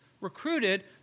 recruited